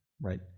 right